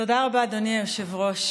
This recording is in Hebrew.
תודה רבה, אדוני היושב-ראש.